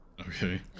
Okay